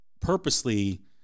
purposely